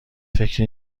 فکری